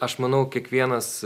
aš manau kiekvienas